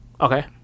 Okay